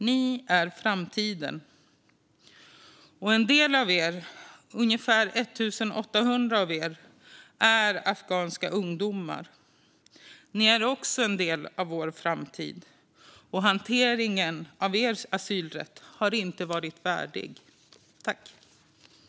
Ni är framtiden. En del av er, ungefär 1 800, är afghanska ungdomar. Ni är också en del av vår framtid, och hanteringen av er asylrätt har inte varit värdig. Jag yrkar bifall till förslaget i betänkandet.